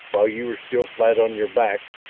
while you were still flat on your back,